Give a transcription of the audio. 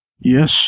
Yes